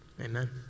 amen